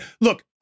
Look